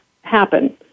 happen